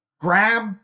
grab